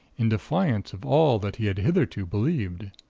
in defiance of all that he had hitherto believed.